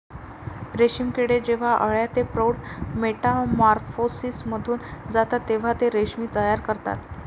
रेशीम किडे जेव्हा अळ्या ते प्रौढ मेटामॉर्फोसिसमधून जातात तेव्हा ते रेशीम तयार करतात